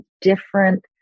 different